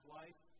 life